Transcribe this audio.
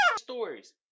stories